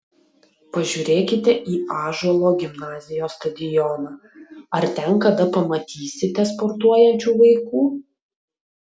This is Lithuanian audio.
pažiūrėkite į ąžuolo gimnazijos stadioną ar ten kada pamatysite sportuojančių vaikų